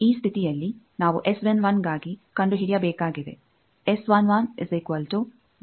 ಈ ಸ್ಥಿತಿಯಲ್ಲಿ ನಾವು ಗಾಗಿ ಕಂಡುಹಿಡಿಯಬೇಕಾಗಿದೆ